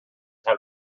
have